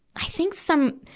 i think some,